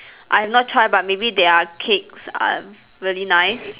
I have not tried but maybe their cakes are really nice